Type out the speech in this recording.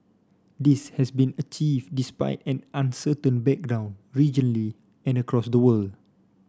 this has been achieved despite an uncertain background regionally and across the world